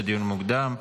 לדיון מוקדם.